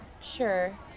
Sure